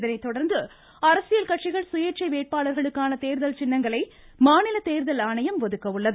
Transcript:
இதனைதொடா்ந்து அரசியல் கட்சிகள் சுயேட்சை வேட்பாளா்களுக்கான தோ்தல் சின்னங்களை மாநில தேர்தல் ஆணையம் ஒதுக்க உள்ளது